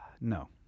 No